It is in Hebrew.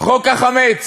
חוק החמץ